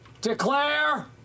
declare